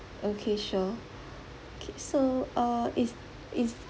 okay sure okay so uh is is